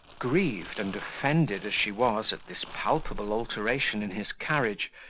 grieved and offended as she was, at this palpable alteration in his carriage,